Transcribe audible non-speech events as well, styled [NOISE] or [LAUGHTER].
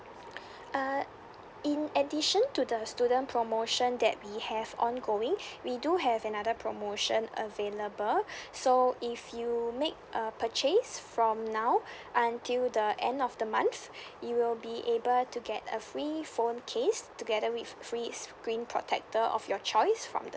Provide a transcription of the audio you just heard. [NOISE] uh in addition to the student promotion that we have ongoing we do have another promotion available so if you make a purchase from now until the end of the month you will be able to get a free phone case together with free screen protector of your choice from the